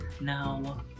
now